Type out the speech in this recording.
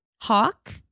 hawk